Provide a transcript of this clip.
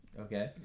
Okay